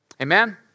Amen